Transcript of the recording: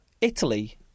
Italy